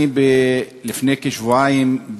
לפני כשבועיים,